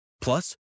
Plus